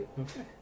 Okay